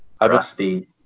rusty